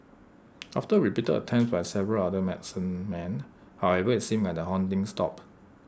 after repeated attempt by several other medicine men however IT seemed like the haunting stopped